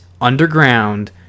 underground